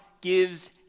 gives